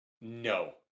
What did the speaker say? No